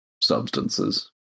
substances